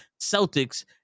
Celtics